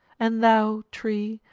and thou, tree,